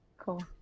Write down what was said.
Cool